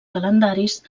calendaris